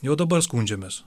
jau dabar skundžiamės